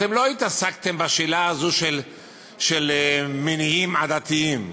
אתם לא התעסקתם בשאלה הזאת של מניעים עדתיים,